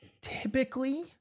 typically